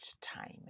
time